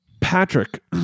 patrick